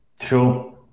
Sure